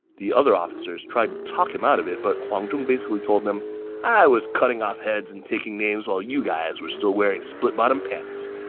the other officers tried to talk him out of it, but huang zhong basically told them i was cutting off heads and taking names while you guys were still wearing split-bottom pants,